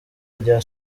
rya